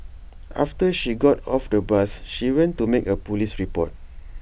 after she got off the bus she went to make A Police report